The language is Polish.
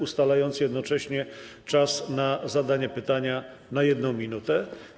Ustalam jednocześnie czas na zadanie pytania na 1 minutę.